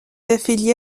affiliée